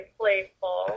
playful